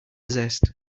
zest